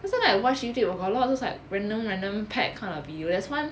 不是 like watch youtube got a lot of those like random random pack kind of video there's one